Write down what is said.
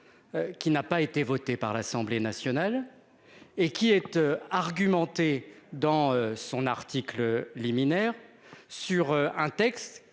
Qui n'a pas été voté par l'Assemblée nationale. Et qui êtes argumenté dans son article liminaire sur un texte